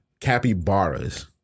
Capybaras